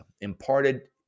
imparted